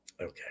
Okay